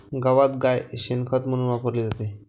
गावात गाय शेण खत म्हणून वापरली जाते